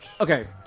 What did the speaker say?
okay